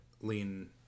lean